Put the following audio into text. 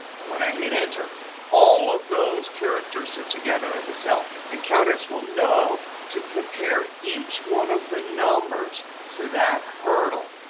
and when i hit enter all of those characters sit together in the cell. and countifs will know to compare each one of the numbers to that hurdle,